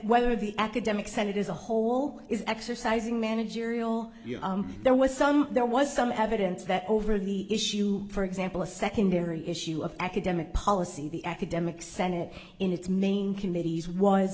whether the academic senate is a whole is exercising managerial yeah there was some there was some evidence that over the issue for example a secondary issue of academic policy the academic senate in its name committees was